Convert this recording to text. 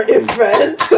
event